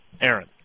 Aaron